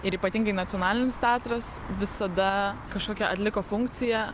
ir ypatingai nacionalinis teatras visada kažkokią atliko funkciją